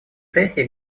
сессии